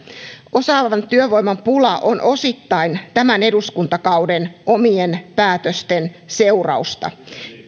osaavan työvoiman pula on osittain tämän eduskuntakauden omien päätösten seurausta